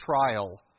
trial